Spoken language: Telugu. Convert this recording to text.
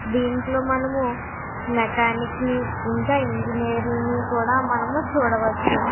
దీంట్లో మనము మెకానిక్ని ఇంకా ఇంజనీర్లని కూడా మనము చూడవచ్చు